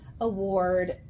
award